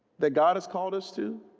that god has called us to